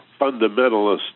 fundamentalist